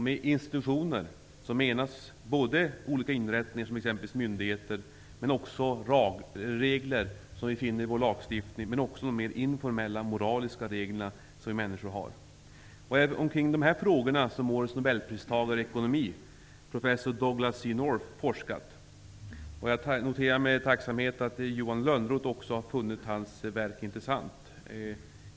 Med institutioner menas olika inrättningar som t.ex. myndigheter men också reglerna i vår lagstiftning och informella moraliska regler. Det är omkring dessa frågor som årets nobelpristagare i ekonomi, professor Douglass C. North, har forskat. Jag noterar med tacksamhet att även Johan Lönnroth har funnit hans verk intressant.